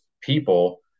people